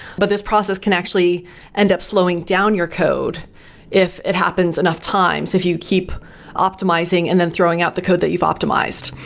but this process can actually end up slowing down your code if it happens enough times, if you keep optimizing and then throwing out the code that you've optimized.